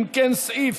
אם כן, סעיף